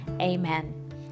Amen